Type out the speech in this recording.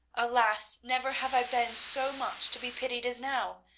alas, never have i been so much to be pitied as now.